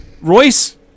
Royce